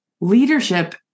Leadership